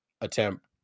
attempt